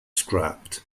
scrapped